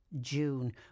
June